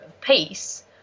peace